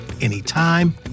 anytime